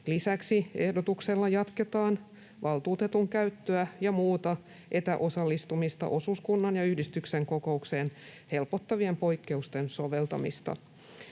Lisäksi ehdotuksella jatketaan valtuutetun käyttöä ja muuta etäosallistumista osuuskunnan ja yhdistyksen kokouksiin helpottavien poikkeusten soveltamista.